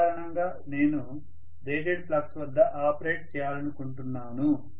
సాధారణంగా నేను rated flux వద్ద ఆపరేట్ చేయాలనుకుంటున్నాను